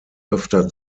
öfter